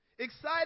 Excited